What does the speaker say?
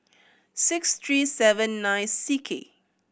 six three seven nine C K